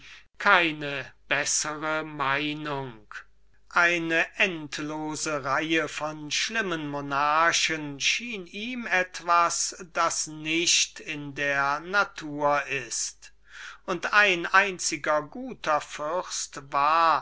keine bessere meinung eine endlose reihe von schlimmen monarchen schien ihm etwas das nicht in der natur ist und ein einziger guter fürst war